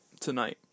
tonight